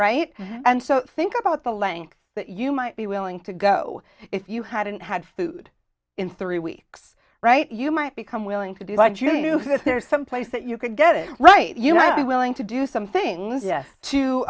right and so think about the lengths that you might be willing to go if you hadn't had food in three weeks right you might become willing to do what you do this there's someplace that you could get it right you might be willing to do some things yet to